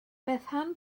bethan